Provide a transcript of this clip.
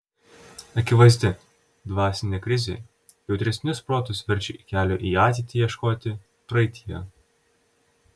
akivaizdi dvasinė krizė jautresnius protus verčia kelio į ateitį ieškoti praeityje